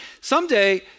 Someday